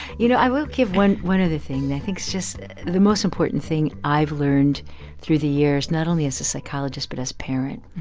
you know, i will give one one other thing that i think is just the most important thing i've learned through the years, not only as a psychologist but as parent.